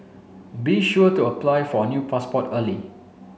be sure to apply for a new passport early